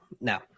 no